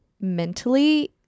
mentally